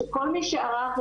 שכל מי שערך,